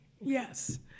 yes